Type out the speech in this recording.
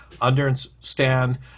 Understand